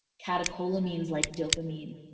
catecholamines like dopamine,